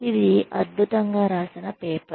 ఇది అద్భుతంగా రాసిన పేపర్